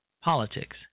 politics